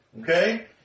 Okay